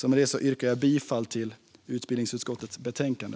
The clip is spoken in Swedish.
Med detta yrkar jag bifall till förslaget i utbildningsutskottets betänkande.